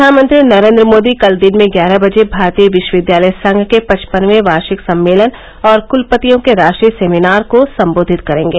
प्रधानमंत्री नरेन्द्र मोदी कल दिन में ग्यारह बजे भारतीय विश्वविद्यालय संघ के पन्वपनबवें वार्षिक सम्मेलन और क्लपतियों के राष्ट्रीय सेमीनार को सम्बोधित करेंगे